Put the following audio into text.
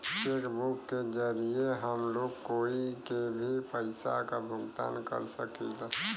check book के जरिये हम लोग कोई के भी पइसा क भुगतान कर सकीला